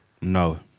No